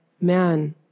man